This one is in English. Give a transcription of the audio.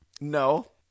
No